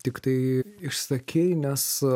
tiktai išsakei nes